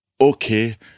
okay